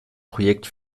projekt